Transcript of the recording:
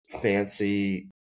fancy